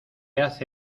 hace